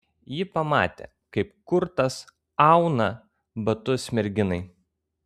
ji pamatė kaip kurtas auna batus merginai